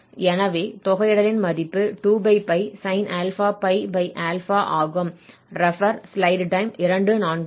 எனவே தொகையிடலின் மதிப்பு 2sin∝π ஆகும்